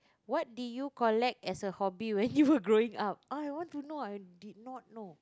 what did you collect as a hobby when you were growing up oh I want to know I did not know